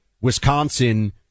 Wisconsin